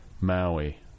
Maui